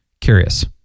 curious